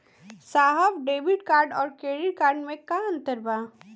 साहब debit card और credit card में का अंतर बा?